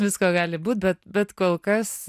visko gali būt bet bet kol kas